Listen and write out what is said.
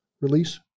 release